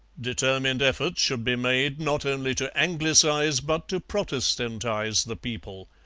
determined efforts should be made, not only to anglicize, but to protestantize the people.